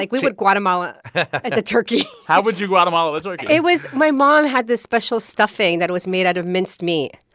like we would guatemala the turkey how would you guatemala the turkey? it was my mom had this special stuffing that was made out of minced meat.